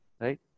right